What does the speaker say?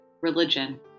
religion